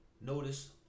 notice